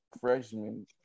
freshman